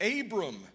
Abram